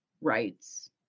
rights